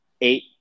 eight